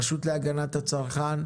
רשות להגנת הצרכן.